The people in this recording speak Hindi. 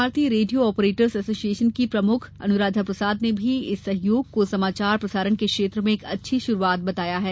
भारतीय रेडियो ऑपरेटर्स एसोसिएशन की प्रमुख अनुराधा प्रसाद ने भी इस सहयोग को समाचार प्रसारण के क्षेत्र में एक अच्छी शुरूआत बताया है